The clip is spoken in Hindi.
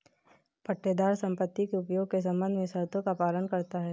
पट्टेदार संपत्ति के उपयोग के संबंध में शर्तों का पालन करता हैं